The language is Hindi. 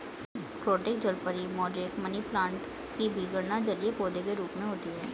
क्रोटन जलपरी, मोजैक, मनीप्लांट की भी गणना जलीय पौधे के रूप में होती है